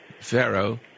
Pharaoh